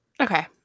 Okay